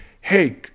hey